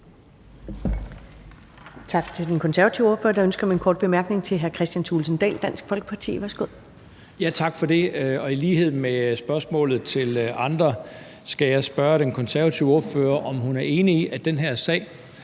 Tak til den konservative ordfører. Der er ønske om en kort bemærkning fra hr. Kristian Thulesen Dahl, Dansk Folkeparti. Værsgo. Kl. 15:22 Kristian Thulesen Dahl (DF): Tak for det. I lighed med spørgsmålet, der er stillet andre, skal jeg spørge den konservative ordfører, om hun er enig i, at hvis